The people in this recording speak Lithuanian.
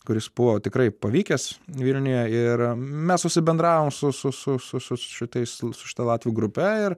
kuris buvo tikrai pavykęs vilniuje ir mes susibendravom su su su su šitais su šita latvių grupe ir